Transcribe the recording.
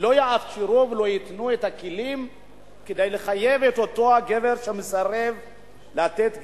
לא יאפשרו ולא ייתנו את הכלים כדי לחייב את אותו הגבר שמסרב לתת גט.